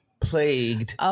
plagued